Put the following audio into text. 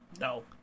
No